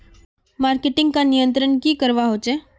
Marketing का नियंत्रण की करवा होचे?